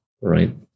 right